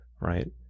right